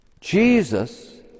Jesus